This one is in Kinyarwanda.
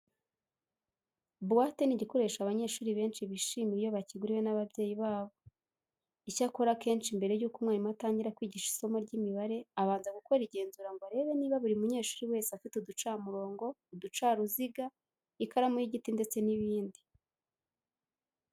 Buwate ni igikoresho abanyeshuri benshi bishimira iyo bakiguriwe n'ababyeyi babo. Icyakora akenshi mbere yuko umwarimu atangira kwigisha isomo ry'imibare abanza gukora igenzura ngo arebe niba buri munyeshuri wese afite uducamurongo, uducaruziga, ikaramu y'igiti ndetse n'ibindi.